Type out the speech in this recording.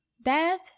bad